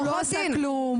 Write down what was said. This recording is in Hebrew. הוא לא עשה כלום.